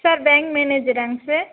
sir bank மேனேஜராங்க sir